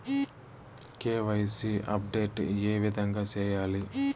KYC update ఏ విధంగా సేయాలి?